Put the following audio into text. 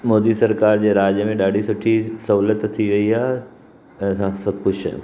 मोदी सरकार जे राज में ॾाढी सुठी सहूलियत थी वई आहे ऐं असां सभु ख़ुशि आयूं